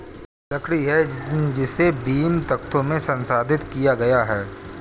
लकड़ी है जिसे बीम, तख्तों में संसाधित किया गया है